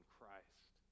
Christ